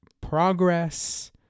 progress